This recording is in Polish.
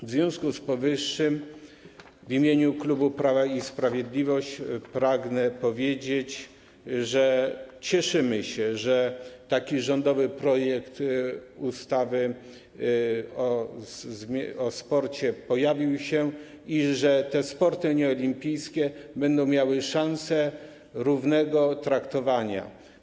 W związku z powyższym w imieniu klubu Prawo i Sprawiedliwość pragnę powiedzieć, że cieszymy się, że rządowy projekt ustawy o sporcie się pojawił i że sporty nieolimpijskie będą miały szansę równego traktowania.